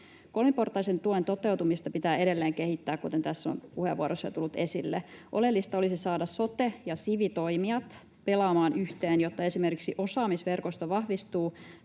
Kolmiportaisen tuen toteutumista pitää edelleen kehittää, kuten puheenvuoroissa on jo tullut esille. Oleellista olisi saada sote- ja sivi-toimijat pelaamaan yhteen, jotta esimerkiksi osaamisverkosto vahvistuu,